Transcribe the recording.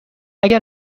اگر